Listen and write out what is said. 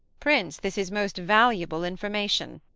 prince, this is most valuable information.